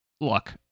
look